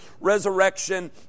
resurrection